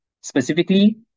Specifically